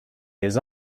years